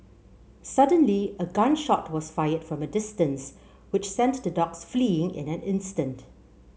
suddenly a gun shot was fired from a distance which sent the dogs fleeing in an instant